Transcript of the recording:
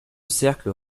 cercle